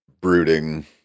brooding